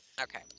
Okay